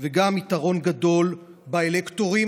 וגם יתרון גדול באלקטורים.